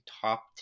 top